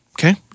Okay